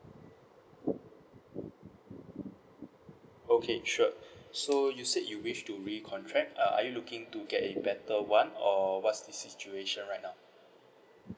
okay sure so you said you wish to recontract uh are you looking to get a better one or what's the situation right now